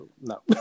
no